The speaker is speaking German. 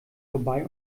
vorbei